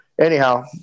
anyhow